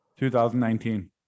2019